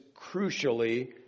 crucially